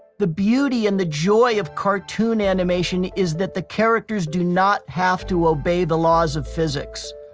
the beauty and the joy of cartoon animation is that the characters do not have to obey the laws of physics.